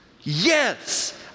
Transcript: Yes